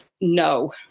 no